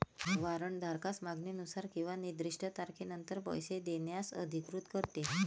warrant धारकास मागणीनुसार किंवा निर्दिष्ट तारखेनंतर पैसे देण्यास अधिकृत करते